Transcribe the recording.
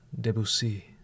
Debussy